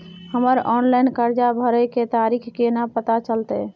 हमर ऑनलाइन कर्जा भरै के तारीख केना पता चलते?